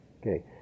Okay